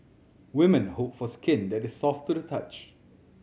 women hope for skin that is soft to the touch